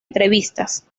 entrevistas